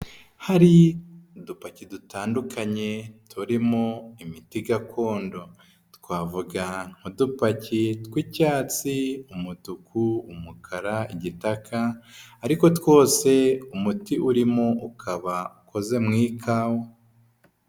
Hari udupaki dutandukanye turimo imiti gakondo, twavuga nk'udupaki tw'icyatsi, umutuku, umukara, igitaka, ariko twose umuti urimo ukaba akoze mu ikawa.